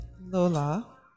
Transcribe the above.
Lola